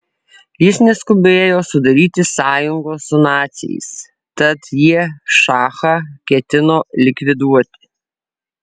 jis neskubėjo sudaryti sąjungos su naciais tad jie šachą ketino likviduoti